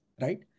right